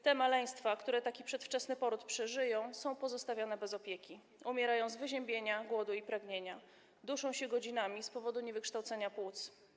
Te maleństwa, które taki przedwczesny poród przeżyją, są pozostawione bez opieki, umierają z wyziębienia, głodu i pragnienia, duszą się godzinami z powodu niewykształcenia płuc.